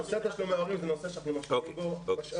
נושא תשלומי ההורים הוא נושא שאנחנו משקיעים בו משאבים.